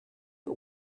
but